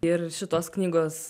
ir šitos knygos